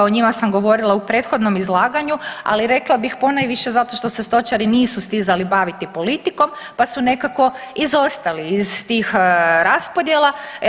O njima sam govorila u prethodnom izlaganju, ali rekla bih ponajviše zato što se stočari nisu stizali baviti politikom, pa su nekako izostali iz tih raspodjela.